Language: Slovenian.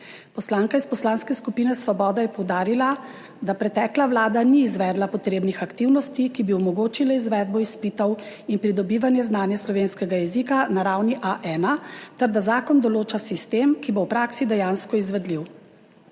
Poslanka iz Poslanske skupine Svoboda je poudarila, da pretekla vlada ni izvedla potrebnih aktivnosti, ki bi omogočile izvedbo izpitov in pridobivanje znanja slovenskega jezika na ravni A1, ter da zakon določa sistem, ki bo v praksi dejansko izvedljiv.